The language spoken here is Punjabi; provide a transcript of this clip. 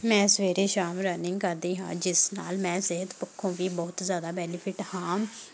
ਮੈਂ ਸਵੇਰੇ ਸ਼ਾਮ ਰਨਿੰਗ ਕਰਦੀ ਹਾਂ ਜਿਸ ਨਾਲ ਮੈਂ ਸਿਹਤ ਪੱਖੋਂ ਵੀ ਬਹੁਤ ਜ਼ਿਆਦਾ ਬੈਨੀਫਿਟ ਹਾਂ